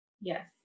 Yes